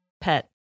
pet